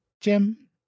Jim